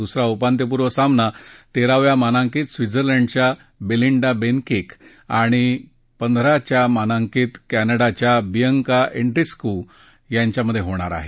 दुसरा उपांत्यपूर्व सामना तेराव्या मानांकित स्वितझरलँडच्या वेलिंडा बैनकिक आणि पंधराव्या मानांकित कॅनडाच्या बियंका एंड्रिस्कू यांच्यात होणार आहे